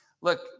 look